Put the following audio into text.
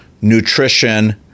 nutrition